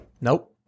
Nope